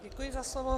Děkuji za slovo.